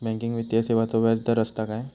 Banking वित्तीय सेवाचो व्याजदर असता काय?